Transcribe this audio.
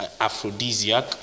aphrodisiac